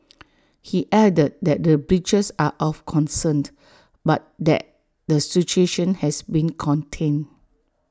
he added that the breaches are of concerned but that the situation has been contained